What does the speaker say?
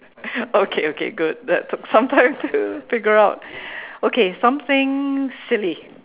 okay okay good that took some time to figure out okay something silly